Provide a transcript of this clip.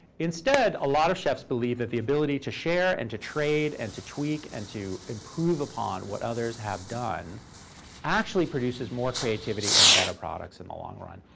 instead a lot of chefs believe that the ability to share and to trade and to tweak and to improve upon what others have done actually produces more creativity and better products in the long run.